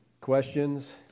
questions